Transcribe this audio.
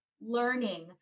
learning